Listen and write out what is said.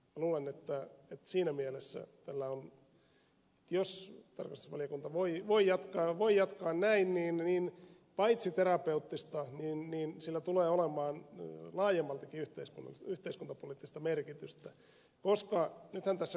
luulen että siinä mielessä jos tarkastusvaliokunta voi jatkaa näin niin paitsi terapeuttista sillä tulee olemaan laajemmaltikin yhteiskuntapoliittista merkitystä koska nythän tässä kuten ed